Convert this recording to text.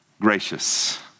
gracious